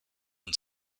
und